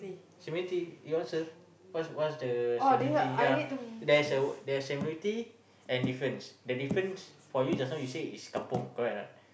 similarity your answer what's what's the similarity yeah there's a there's a similarity and difference the difference for you just now you say is kampung correct or not